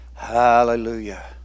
Hallelujah